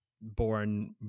born